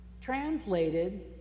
translated